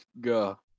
Go